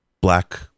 black